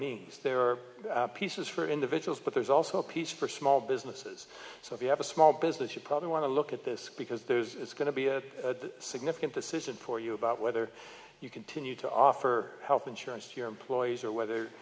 means there are pieces for individuals but there's also a piece for small businesses so if you have a small business you probably want to look at this because there is going to be a significant decision for you about whether you continue to offer health insurance to your employees or whether